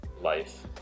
life